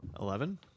Eleven